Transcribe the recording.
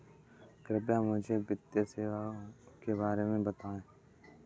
कृपया मुझे वित्तीय सेवाओं के बारे में बताएँ?